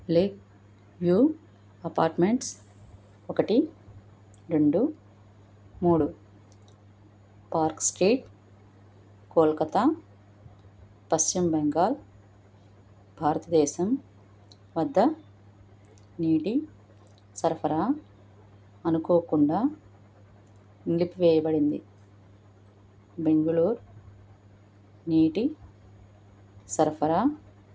lakeview apartments ఒకటి రెండు మూడు పార్క్ స్ట్రీట్ కోల్కత్తా పశ్చిమ బెంగాల్ భారతదేశం వద్ద నీటి సరఫరా అనుకోకుండా నిలిపివేయబడింది బెంగళూర్ నీటి సరఫరా